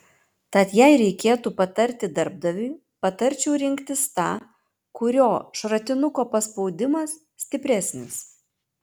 tad jei reikėtų patarti darbdaviui patarčiau rinktis tą kurio šratinuko paspaudimas stipresnis